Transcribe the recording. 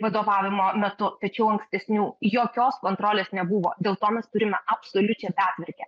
vadovavimo metu tačiau ankstesnių jokios kontrolės nebuvo dėl to mes turime absoliučią betvarkę